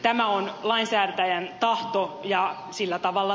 tämä on lainsäätäjän tahto ja sillä tavalla